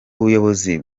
ubuyobozi